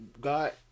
God